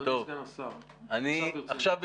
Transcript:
אני עומד על כך,